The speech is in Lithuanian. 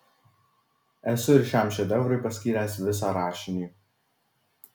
esu ir šiam šedevrui paskyręs visą rašinį